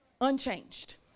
unchanged